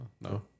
no